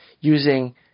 using